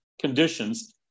conditions